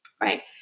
Right